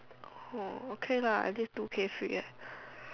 oh okay lah at least two K free ah